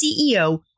CEO